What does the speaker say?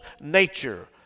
nature